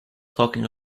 talking